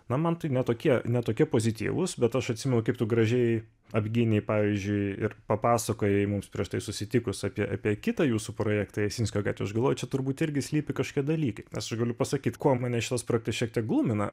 na man tai ne tokie ne tokie pozityvūs bet aš atsimenu kaip tu gražiai apgynei pavyzdžiui ir papasakojai mums prieš tai susitikus apie apie kitą jūsų projektą jasinskio gatvėj aš galvoju čia turbūt irgi slypi kažkokie dalykai nes aš galiu pasakyt kuo mane šitas projektas šiek tiek glumina